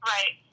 Right